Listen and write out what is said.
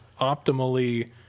optimally